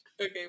Okay